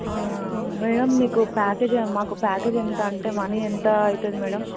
madam మీకు package మాకు package ఎంత అంటే మనీ ఎంత అవుతుంది మ్యాడమ్